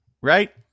right